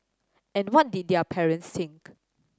and what did their parents think